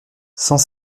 cent